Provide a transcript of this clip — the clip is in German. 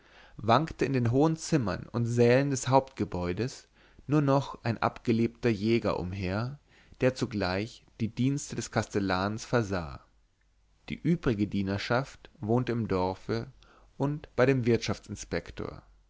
wankte in den hohen zimmern und sälen des hauptgebäudes nur noch ein abgelebter jäger umher der zugleich die dienste des kastellans versah die übrige dienerschaft wohnte im dorfe bei dem